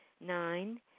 Nine